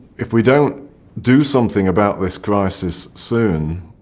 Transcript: if we don't do something about this crisis soon,